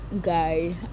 guy